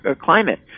climate